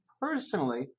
personally